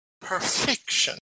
perfection